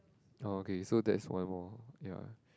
oh okay so that's one more ya